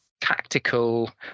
tactical